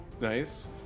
Nice